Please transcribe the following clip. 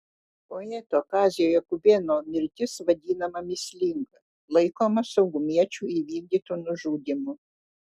poeto kazio jakubėno mirtis vadinama mįslinga laikoma saugumiečių įvykdytu nužudymu